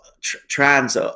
trans